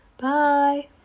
Bye